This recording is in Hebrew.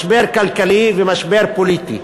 משבר כלכלי ומשבר פוליטי,